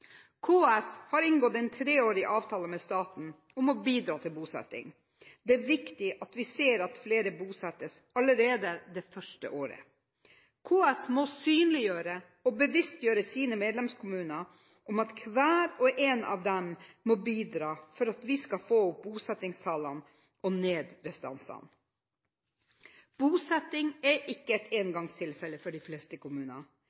KS har inngått en treårig avtale med staten om å bidra til bosetting. Det er viktig at vi ser at flere bosettes allerede det første året. KS må synliggjøre – og bevisstgjøre – for sine medlemskommuner om at hver og en av dem må bidra for at vi skal få opp bosettingstallene og få ned restansene. Bosetting er ikke et engangstilfelle for de fleste kommuner.